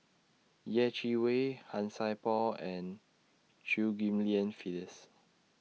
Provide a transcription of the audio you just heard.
Yeh Chi Wei Han Sai Por and Chew Ghim Lian Phyllis